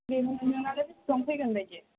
बेनो नोंनालाय बेसेबां फैगोन बायदि